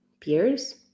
peers